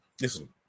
Listen